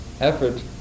effort